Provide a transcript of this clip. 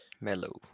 mellow